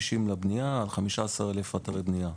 60 בבנייה על 15,000 אתרי בנייה.